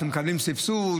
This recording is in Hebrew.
אתם מקבלים סבסוד?